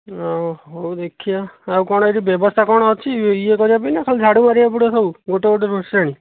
ଅଁ ହଉ ଦେଖିବା ଆଉ କ'ଣ ଏଠି ବ୍ୟବସ୍ଥା କ'ଣ ଅଛି ଇଏ କରିବା ପାଇଁ ନା ଖାଲି ଝାଡ଼ୁ ମାରିବାକୁ ପଡ଼ିବ ସବୁ ଗୋଟେ ଗୋଟେ ଶ୍ରେଣୀ